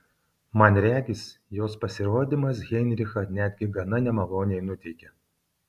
man regis jos pasirodymas heinrichą netgi gana nemaloniai nuteikė